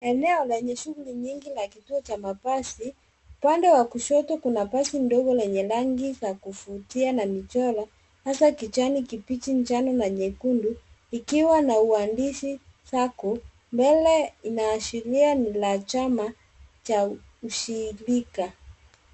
Eneo lenye shughuli nyingi la kituo cha mabasi. Upande wa kushoto kuna basi ndogo lenye rangi za kuvutia na michoro hasa kijani kibichi, njano na nyekundu ikiwa na uandishi Sacco . Mbele inaashiria ni la chama cha ushirika.